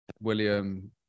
William